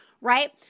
right